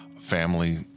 Family